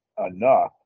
enough